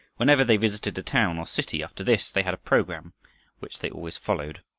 whenever they visited a town or city after this, they had a program which they always followed.